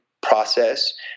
process